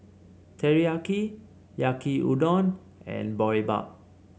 Teriyaki Yaki Udon and Boribap